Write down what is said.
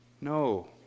No